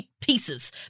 pieces